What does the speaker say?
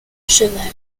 cheval